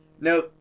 No